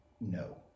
no